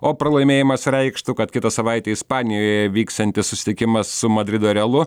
o pralaimėjimas reikštų kad kitą savaitę ispanijoje vyksiantis susitikimas su madrido realu